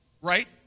right